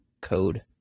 code